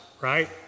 right